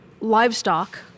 livestock